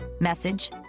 message